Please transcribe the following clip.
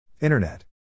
Internet